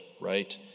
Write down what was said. right